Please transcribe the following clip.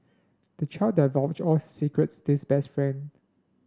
the child divulged all his secrets this best friend